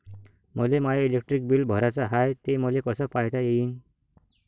मले माय electric bill भराचं हाय, ते मले कस पायता येईन?